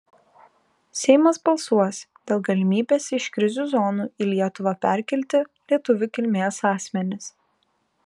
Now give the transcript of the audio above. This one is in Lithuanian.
seimas balsuos dėl galimybės iš krizių zonų į lietuvą perkelti lietuvių kilmės asmenis